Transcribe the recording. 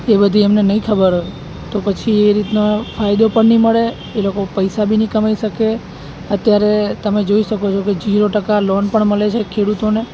એ બધી એમને નહીં ખબર હોય તો પછી એ રીતના ફાયદો પણ નહીં મળે એ લોકો પૈસા બી નહીં કમાઈ શકે અત્યારે તમે જોઈ શકો છો કે જીરો ટકા લોન પણ મળે છે ખેડૂતોને